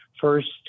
first